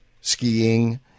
skiing